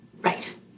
right